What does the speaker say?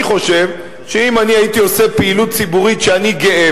אני חושב שאם אני הייתי עושה פעילות ציבורית שאני גאה